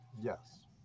Yes